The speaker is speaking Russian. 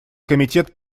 комитет